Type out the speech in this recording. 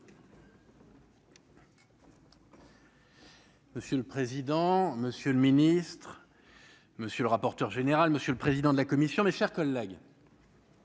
Monsieur le président, monsieur le ministre, monsieur le rapporteur général, monsieur le président de la commission, mes chers collègues.